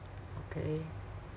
okay